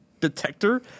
detector